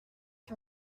qui